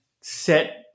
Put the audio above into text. set